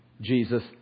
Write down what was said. Jesus